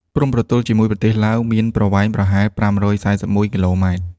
ព្រំប្រទល់ជាមួយឡាវមានប្រវែងប្រហែល ៥៤១ គីឡូម៉ែត្រ។